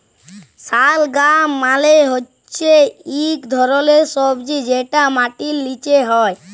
শালগাম মালে হচ্যে ইক ধরলের সবজি যেটা মাটির লিচে হ্যয়